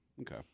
Okay